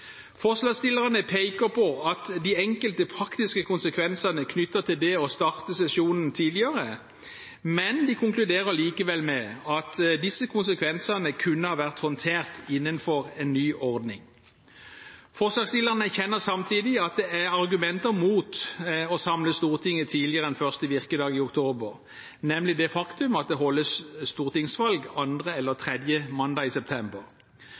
Forslagsstillerne peker på enkelte praktiske konsekvenser knyttet til det å starte sesjonen tidligere, men de konkluderer likevel med at disse konsekvensene kunne ha vært håndtert innenfor en ny ordning. Forslagsstillerne erkjenner samtidig at det er argumenter mot å samle Stortinget tidligere enn første virkedag i oktober, nemlig det faktum at det avholdes stortingsvalg andre eller tredje mandag i september.